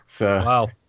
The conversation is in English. Wow